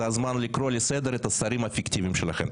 זה הזמן לקרוא לסדר את השרים הפיקטיביים שלכם.